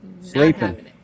Sleeping